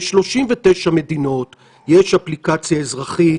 ב-39 מדינות יש אפליקציה אזרחית